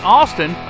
Austin